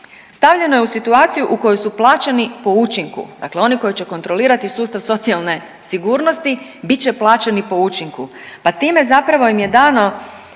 stavljeno je u situaciju u kojoj su plaćeni po učinku. Dakle, oni koji će kontrolirati sustav socijalne sigurnosti bit će plaćeni po učinku pa time zapravo im je dano